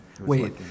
Wait